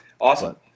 Awesome